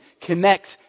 connects